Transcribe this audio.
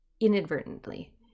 inadvertently